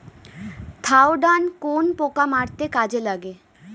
Thiodan কোন পোকা মারতে কাজে লাগে?